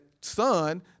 son